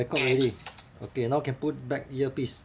record already okay now can put back earpiece